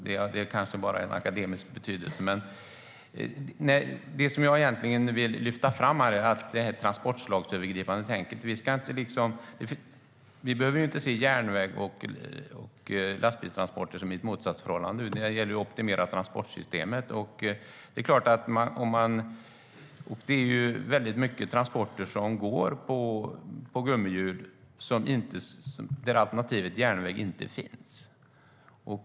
Herr talman! Det beslut som regeringen fattade häromveckan gällde 64 ton. Men det är kanske bara av akademisk betydelse. Det som jag vill lyfta fram är att vi när det gäller det transportslagsövergripande tänket inte behöver se järnväg och lastbilstransporter i ett motsatsförhållande. Det gäller att optimera transportsystemet. Och många transporter på gummihjul går där alternativet järnväg inte finns.